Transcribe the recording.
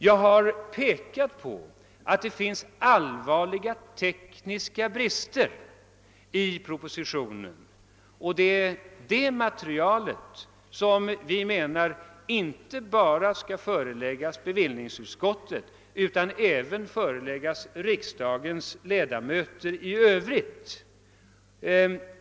Jag har pekat på, att det finns allvarliga brister i propositionen. Det är fråga om material, som vi menar inte bara skall föreläggas bevillningsutskotten utan även riksdagens ledamöter i övrigt.